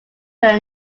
their